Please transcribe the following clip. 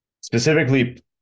specifically